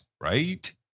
right